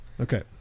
Okay